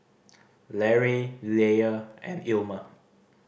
Larae Leah and Ilma